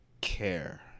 care